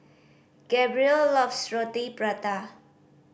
Gabriel loves Roti Prata